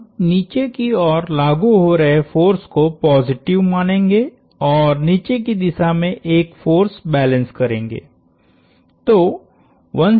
हम नीचे की ओर लागु हो रहे फोर्स को पॉजिटिव मानेंगे और नीचे की दिशा में एक फोर्स बैलेंस करेंगे